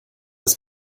das